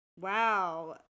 wow